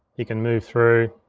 you can move through.